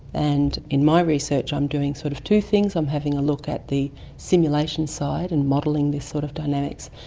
and in my research i'm doing sort of two things, i'm having a look at the simulation side and modelling these sort of dynamics.